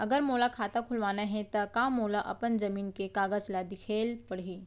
अगर मोला खाता खुलवाना हे त का मोला अपन जमीन के कागज ला दिखएल पढही?